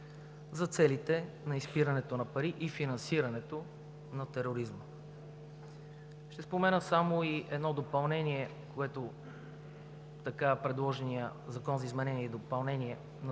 за целите на изпирането на пари и финансирането на тероризма. Ще спомена само и едно допълнение, което в така предложения Закон за изменение и допълнение